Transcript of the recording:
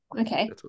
Okay